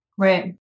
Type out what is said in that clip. Right